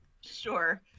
sure